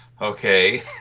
Okay